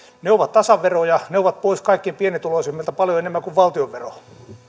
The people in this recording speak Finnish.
ne ovat tasaveroja ne ovat pois kaikkein pienituloisimmilta paljon enemmän kuin valtionvero